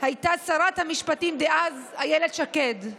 הייתה שרת המשפטים דאז איילת שקד,